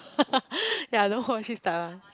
ya I don't watch this type ah